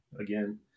again